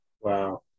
Wow